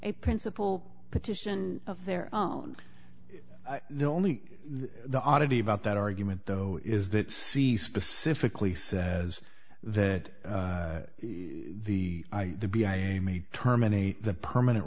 a principal petition of their own the only the oddity about that argument though is that c specifically says that the the b i a may terminate the permanent